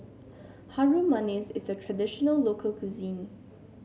Harum Manis is a traditional local cuisine